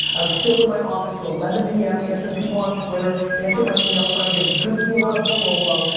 i was still in my office to eleven pm answering people on twitter, answering my e-mails tryin' to get a good deal on a barolo.